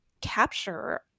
capture